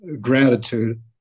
gratitude